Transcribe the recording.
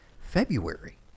February